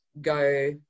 go